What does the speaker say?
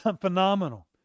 phenomenal